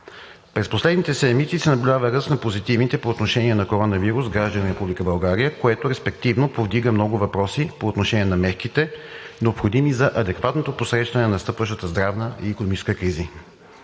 През последните седмици се наблюдава ръст на позитивните по отношение на корона вирус граждани в Република България, което респективно повдига много въпроси по отношение на мерките, необходими за адекватното посрещане на настъпващата здравна и икономическа кризи.